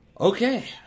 Okay